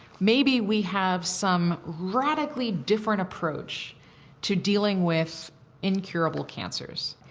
maybe we have some radically different approach to dealing with incurable cancers.